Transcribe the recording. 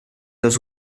los